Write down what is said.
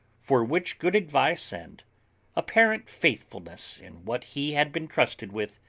for which good advice and apparent faithfulness in what he had been trusted with,